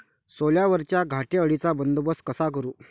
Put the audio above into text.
सोल्यावरच्या घाटे अळीचा बंदोबस्त कसा करू?